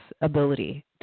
ability